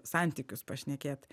santykius pašnekėt